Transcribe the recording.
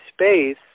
space